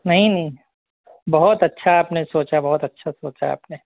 نہیں نہیں بہت اچھا آپ نے سوچا بہت اچھا سوچا آپ نے